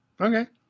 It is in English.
Okay